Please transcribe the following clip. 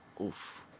oof